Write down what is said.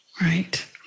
Right